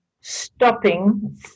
stopping